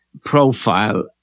profile